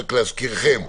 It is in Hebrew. רק להזכירכם,